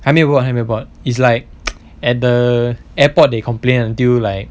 还没有 board 还没有 board is like at the airport they complain until like